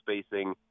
spacing